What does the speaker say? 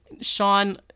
Sean